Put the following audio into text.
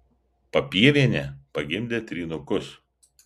papievienė pagimdė trynukus